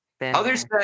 Others